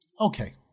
Okay